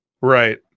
Right